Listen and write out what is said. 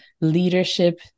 Leadership